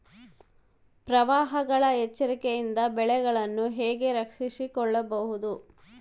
ಪ್ರವಾಹಗಳ ಎಚ್ಚರಿಕೆಯಿಂದ ಬೆಳೆಗಳನ್ನು ಹೇಗೆ ರಕ್ಷಿಸಿಕೊಳ್ಳಬಹುದು?